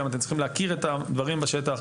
גם אתם צריכים להכיר את הדברים בשטח.